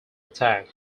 attack